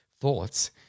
thoughts